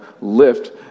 lift